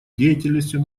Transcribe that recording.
деятельностью